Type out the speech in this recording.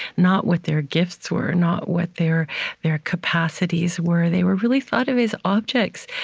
not what their gifts were, not what their their capacities were. they were really thought of as objects,